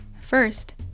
First